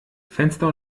fenster